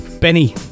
Benny